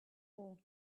hall